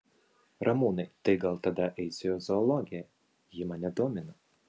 ramūnai tai gal tada eisiu į zoologiją ji mane domina